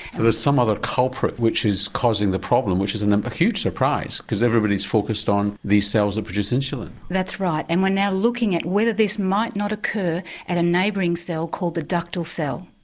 and there's some other culprit which is causing the problem which is and um a huge surprise because everybody's focussed on these cells that produce insulin. that's right and we're now looking at whether this might not occur at a neighbouring cell called the ductal cell.